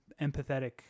empathetic